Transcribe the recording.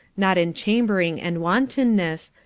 not in chambering and wantonness,